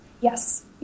Yes